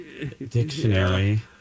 Dictionary